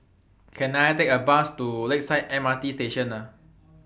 Can I Take A Bus to Lakeside M R T Station